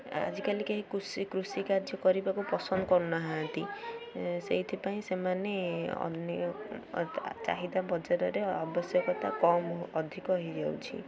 ଆଜିକାଲି କେହି କୃଷି କୃଷି କାର୍ଯ୍ୟ କରିବାକୁ ପସନ୍ଦ କରୁନାହାନ୍ତି ସେଇଥିପାଇଁ ସେମାନେ ଅନ୍ୟ ଚାହିଦା ବଜାରରେ ଆବଶ୍ୟକତା କମ୍ ଅଧିକ ହେଇଯାଉଛି